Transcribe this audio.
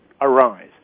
arise